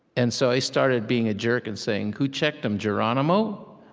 and so i started being a jerk and saying, who checked them, geronimo?